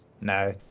No